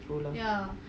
true lah